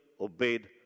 obeyed